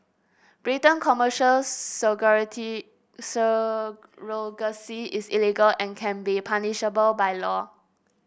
Britain Commercial surrogacy is illegal and can be punishable by law